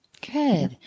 Good